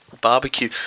barbecue